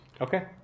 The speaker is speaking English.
Okay